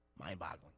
mind-boggling